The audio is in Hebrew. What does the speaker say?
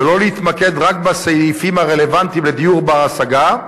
ולא להתמקד רק בסעיפים הרלוונטיים לדיור בר-השגה,